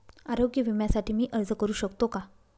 आरोग्य विम्यासाठी मी अर्ज करु शकतो का?